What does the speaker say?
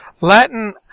Latin